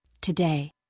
Today